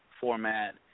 format